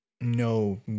No